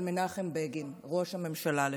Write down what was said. של מנחם בגין, ראש הממשלה לשעבר.